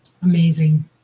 Amazing